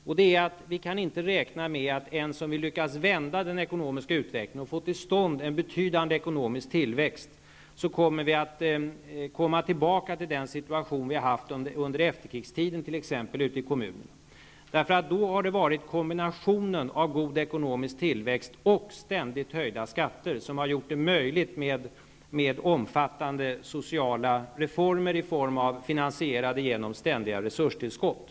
Vi kan inte räkna med att vi, ens om vi lyckas vända den ekonomiska utvecklingen och få till stånd en betydande ekonomisk tillväxt, kommer tillbaka till den situation vi hade t.ex. under efterkrigstiden ute i kommunerna. Då möjliggjorde nämligen en kombination av god ekonomisk tillväxt och ständigt höjda skatter omfattande sociala reformer, finansierade genom ständiga resurstillskott.